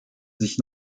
sich